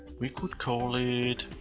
we could call it